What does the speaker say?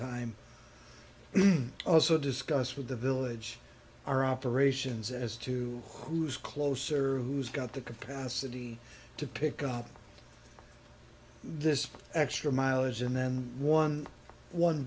time also discuss with the village our operations as to who is close serve who has got the capacity to pick up this extra mileage and then one one